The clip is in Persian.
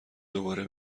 دوباره